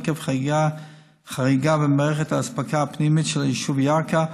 עקב חריגה במערכת האספקה הפנימית של היישוב ירכא,